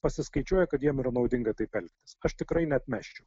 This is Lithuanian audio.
pasiskaičiuoja kad jiem yra naudinga taip elgtis aš tikrai neatmesčiau